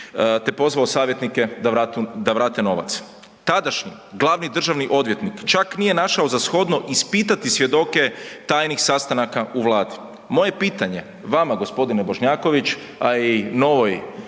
te pozvao savjetnike da vrate novac. Tadašnji glavni državni odvjetnik čak nije našao za shodno ispitati svjedoke tajnih sastanka u Vladi. Moje pitanje vama gospodine Bošnjaković, a i novoj